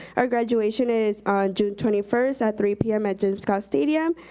our graduation is on june twenty first at three p m. at jim scott stadium.